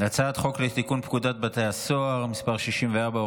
הצעת חוק לתיקון פקודת בתי הסוהר (מס' 64,